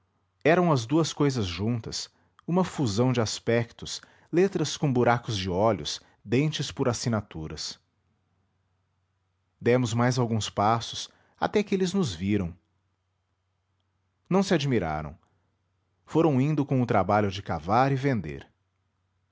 eram as duas cousas juntas uma fusão de aspectos letras com buracos de olhos dentes por assinaturas demos mais alguns passos até que eles nos viram não se admiraram foram indo com o trabalho de cavar e vender